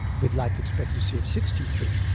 with life expectancy of sixty three.